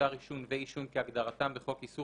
"מוצר עישון" ו"עישון" כהגדרתם בחוק איסור